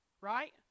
right